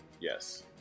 Yes